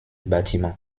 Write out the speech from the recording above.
bâtiment